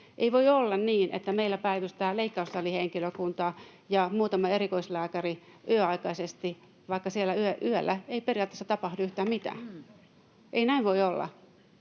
Ei voi olla niin, että meillä päivystävät leikkaussalihenkilökunta ja muutama erikoislääkäri yöaikaisesti, vaikka siellä yöllä ei periaatteessa tapahdu yhtään mitään. Ei näin voi olla.